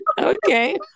Okay